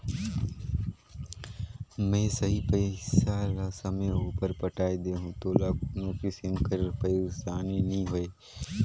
में सही पइसा ल समे उपर पटाए देहूं तोला कोनो किसिम कर पइरसानी नी होए